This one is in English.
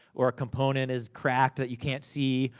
or a component is cracked, that you can't see.